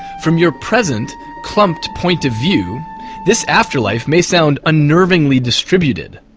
from your present clumped point of view this afterlife may sound unnervingly distributed,